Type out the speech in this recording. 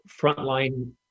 frontline